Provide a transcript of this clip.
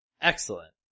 Excellent